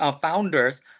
founders